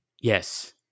Yes